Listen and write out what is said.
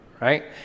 right